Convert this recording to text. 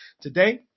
today